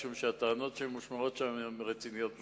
משום שהטענות שנשמעות שם הן רציניות מאוד.